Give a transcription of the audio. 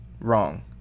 wrong